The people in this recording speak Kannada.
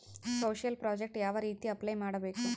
ಸೋಶಿಯಲ್ ಪ್ರಾಜೆಕ್ಟ್ ಯಾವ ರೇತಿ ಅಪ್ಲೈ ಮಾಡಬೇಕು?